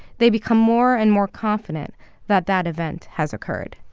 they become more and more confident that that event has occurred